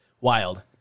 Wild